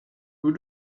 who